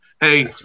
Hey